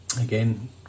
Again